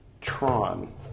Tron